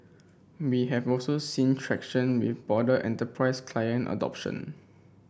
we have also seen traction with broader enterprise client adoption